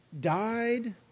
died